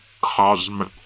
Cosmic